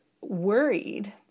worried